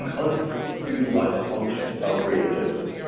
and underutilized functions of creativity.